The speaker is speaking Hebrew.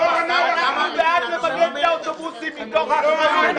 אנחנו בעד למגן את האוטובוסים מתוך אחריות,